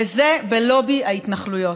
וזה לובי ההתנחלויות.